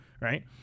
right